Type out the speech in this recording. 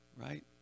right